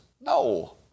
no